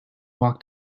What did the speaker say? walked